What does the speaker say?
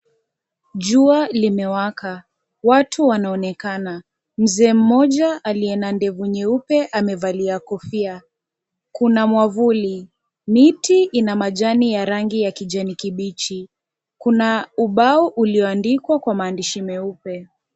Jua limewaka. Watu wanaonekana. Mzee mmoja aliye na ndevu nyeupe amevalia kofia. Kuna mwavuli. Miti ina majani ya rangi ya kijani kibichi. Kuna ubao ulioandikwa kwa maandishi meupe.